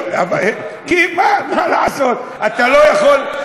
כי מה, מה לעשות, אתה לא יכול,